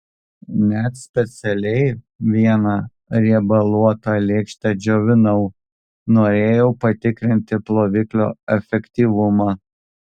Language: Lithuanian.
net specialiai vieną riebaluotą lėkštę džiovinau norėjau patikrinti ploviklio efektyvumą